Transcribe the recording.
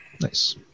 Nice